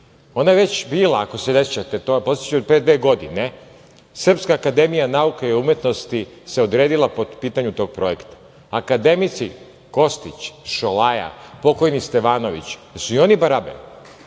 ona je već bila, ako se ne sećate, podsetiću vas, pre dve godine. Srpska akademija nauka i umetnosti se odredila po pitanju tog projekta. Akademici Kostić, Šolaja, pokojni Stevanović, jel su i oni barabe?